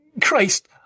Christ